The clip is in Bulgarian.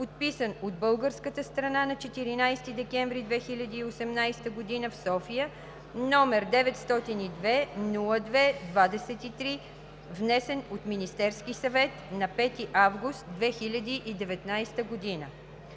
подписан от българската страна на 14 декември 2018 г. в София, № 902-02-23, внесен от Министерския съвет на 5 август 2019 г.